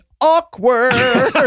Awkward